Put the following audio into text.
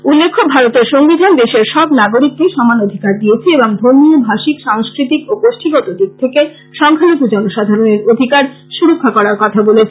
উল্লেখ্য ভারতের সংবিধান দেশের সব নাগরিককে সমান অধিকার দিয়েছে এবং ধর্মীয় ভাষিক সাংস্কৃতিক ও গোষ্ঠীগত দিক থেকে সংখ্যালঘু জনসাধারণের অধিকার সুরক্ষা করার কথা বলেছে